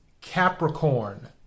Capricorn